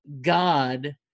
God